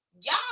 Y'all